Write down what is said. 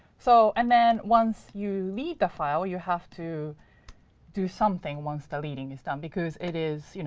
so and then, once you read the file, you have to do something once the reading is done. because it is you know